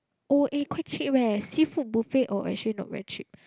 oh eh quite cheap eh seafood buffet oh actually not very cheap